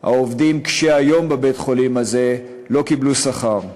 העובדים קשי-היום בבית-החולים הזה, לא קיבלו שכר.